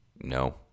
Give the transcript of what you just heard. No